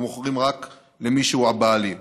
אנחנו מוכרים רק למי שהוא הבעלים.